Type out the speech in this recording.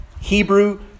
Hebrew